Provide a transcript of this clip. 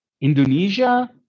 Indonesia